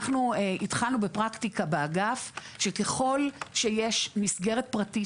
התחלנו בפרקטיקה באגף שככל שיש מסגרת פרטית